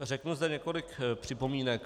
Řeknu zde několik připomínek.